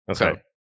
Okay